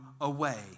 away